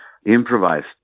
Improvised